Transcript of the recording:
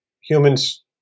humans